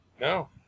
No